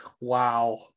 Wow